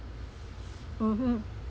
mmhmm